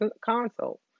console